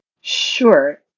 Sure